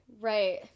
Right